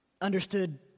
Understood